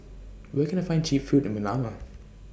Where Can I get Cheap Food in Manama